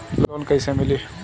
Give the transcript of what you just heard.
Loan कइसे मिली?